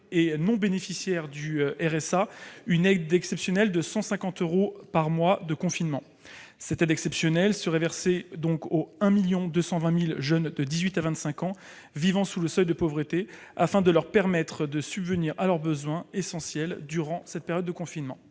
et non bénéficiaires du RSA une aide exceptionnelle de 150 euros par mois de confinement. Cette aide exceptionnelle serait versée aux 1 220 000 jeunes de 18 à 25 ans vivant sous le seuil de pauvreté, afin de leur permettre de subvenir à leurs besoins essentiels durant cette période de confinement.